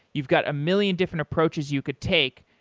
you've got a million different approaches you could take.